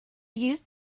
used